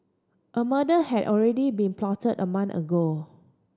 a murder had already been plotted a month ago